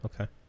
Okay